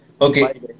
Okay